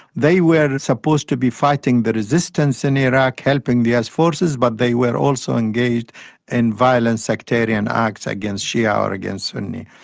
they were supposed to be fighting the resistance in iraq, helping the us forces, but they were also engaged in violent sectarian acts against shia or against sunni.